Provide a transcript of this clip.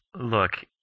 look